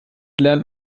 lernt